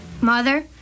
Mother